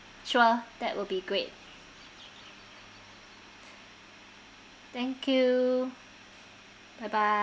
sure that will be great thank you bye bye